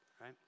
right